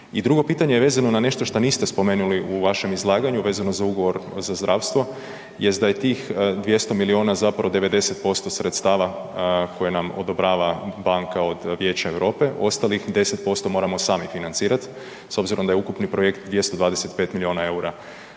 drugo pitanje je vezano na nešto šta niste spomenuli u vašem izlaganju, vezano za ugovor za zdravstvo, jest da je tih 200 miliona zapravo 90% sredstava koje nam odobrava banka od Vijeća Europe ostalih 10% moramo sami financirati s obzirom da je ukupni projekt 225 miliona EUR-a.